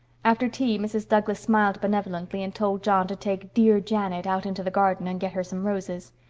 after tea mrs. douglas smiled benevolently and told john to take dear janet out into the garden and get her some roses.